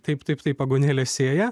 taip taip taip aguonėles sėja